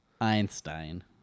Einstein